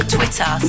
Twitter